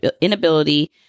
inability